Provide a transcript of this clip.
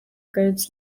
goods